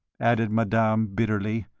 added madame, bitterly.